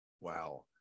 Wow